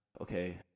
okay